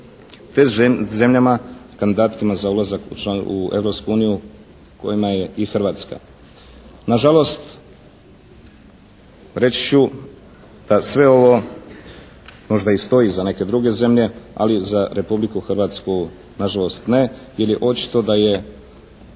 te zemljama kandidatima za ulazak u Europsku uniju, u kojima je i Hrvatska. Nažalost, reći ću da sve ovo možda i stoji i za neke druge zemlje ali za Republiku Hrvatsku nažalost ne, jer je očito da je